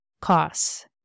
costs